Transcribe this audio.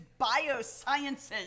biosciences